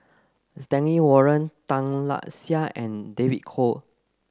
Stanley Warren Tan Lark Sye and David Kwo